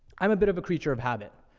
i'm a bit of a creature of habit.